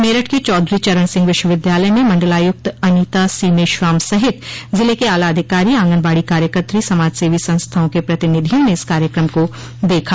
मेरठ के चौधरी चरण सिंह विश्वविद्यालय में मंडलायुक्त अनीता सी मेश्राम सहित जिले के आला अधिकारी आंगनबाड़ी कार्यकत्री समाजसेवी संस्थाओं के प्रतिनिधियों ने इस कार्यक्रम को देखा